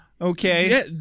Okay